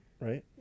Right